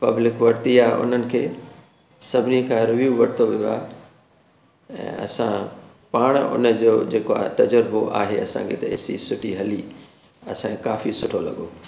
public वरिती आहे उन्हनि खे सभिनी खां रिव्यू वरितो वियो आहे ऐं असां पाण उनजो जेको आहे तज़ुर्बो आहे असांखे त ए सी सुठी हली असांखे काफ़ी सुठो लॻो